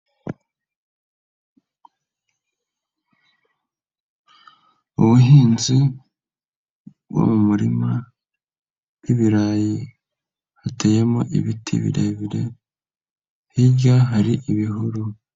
Ubuhinzi bwo mu murima w'ibirayi hateyemo ibiti birebire, hirya hari ibihuru.